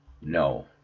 No